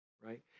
right